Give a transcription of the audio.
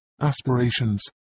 aspirations